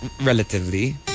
relatively